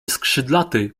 skrzydlaty